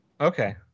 Okay